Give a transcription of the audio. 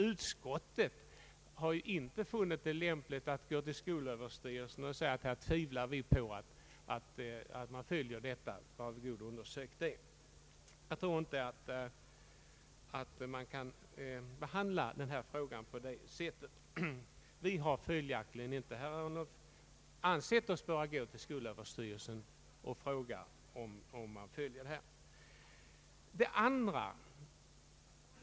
Utskottet har inte funnit det lämpligt att gå till skolöverstyrelsen och säga: Vi tvivlar på att bestämmelserna följs. Var god undersök detta! Jag tror inte att man kan behandla den här frågan på det sättet.